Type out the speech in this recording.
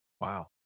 Wow